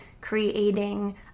creating